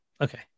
Okay